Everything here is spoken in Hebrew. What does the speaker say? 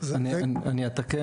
אז אני אתקן,